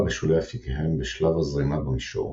בשולי אפיקיהם בשלב הזרימה במישור,